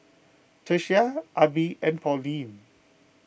Tyesha Abie and Pauline